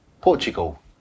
Portugal